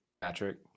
Patrick